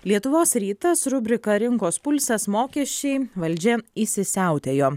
lietuvos rytas rubrika rinkos pulsas mokesčiai valdžia įsisiautėjo